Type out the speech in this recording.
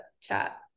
chat